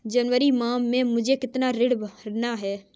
जनवरी माह में मुझे कितना ऋण भरना है?